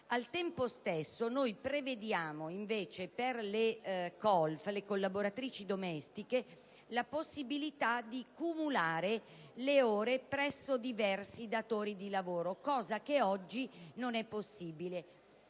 Al tempo stesso, con l'emendamento 1.200 per le colf o collaboratrici domestiche prevediamo la possibilità di cumulare le ore presso diversi datori di lavoro, cosa che oggi non è possibile.